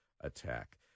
attack